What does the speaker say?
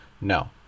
no